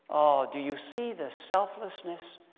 do you see the selflessness,